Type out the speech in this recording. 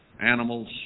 animals